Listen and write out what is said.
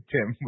Tim